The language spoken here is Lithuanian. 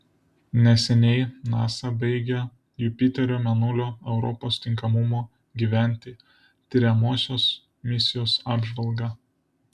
neseniai nasa baigė jupiterio mėnulio europos tinkamumo gyventi tiriamosios misijos apžvalgą